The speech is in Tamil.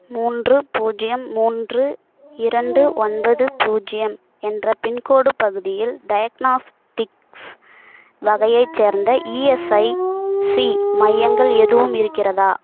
மூன்று பூஜ்ஜியம் மூன்று இரண்டு ஒன்பது பூஜ்ஜியம் என்ற பின்கோடு பகுதியில் டயக்னாஸ்டிக்ஸ் வகையைச் சேர்ந்த இஎஸ்ஐசி மையங்கள் எதுவும் இருக்கிறதா